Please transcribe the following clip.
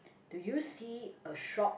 do you see a shop